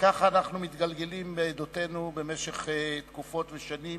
כך אנחנו מתגלגלים בעדותינו במשך תקופות ושנים